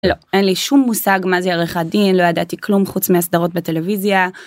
אין לי שום מושג מה זה עריכת דין לא ידעתי כלום חוץ מהסדרות בטלוויזיה.